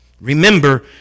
Remember